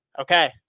okay